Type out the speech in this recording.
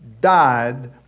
died